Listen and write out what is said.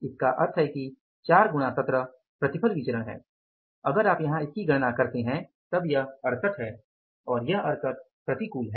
इसका अर्थ है कि 4 गुणा 17 प्रतिफल विचरण है अगर आप यहाँ इसकी गणना करते हैं तब यह 68 है यह 68 प्रतिकूल है